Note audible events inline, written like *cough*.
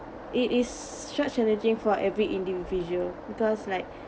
it is such challenging for every individual because like *breath*